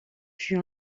fut